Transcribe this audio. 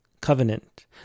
covenant